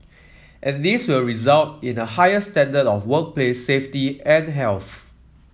and this will result in a higher standard of workplace safety and health